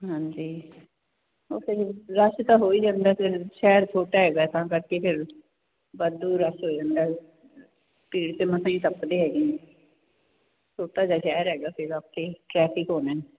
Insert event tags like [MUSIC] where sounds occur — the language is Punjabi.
ਹਾਂਜੀ ਰੱਸ਼ ਤਾਂ ਹੋ ਹੀ ਜਾਂਦਾ ਫਿਰ ਸ਼ਹਿਰ ਛੋਟਾ ਹੈਗਾ ਤਾਂ ਕਰਕੇ ਫਿਰ ਵਾਧੂ ਰੱਸ਼ ਹੋ ਜਾਂਦਾ [UNINTELLIGIBLE] ਛੋਟਾ ਜਿਹਾ ਸ਼ਹਿਰ ਹੈਗਾ ਤੇ ਟ੍ਰੈਫਿਕ ਓਨਾ